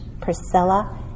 Priscilla